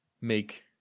make